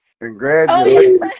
Congratulations